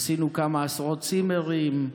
עשינו כמה עשרות צימרים,